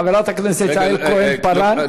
חברת הכנסת יעל כהן-פארן.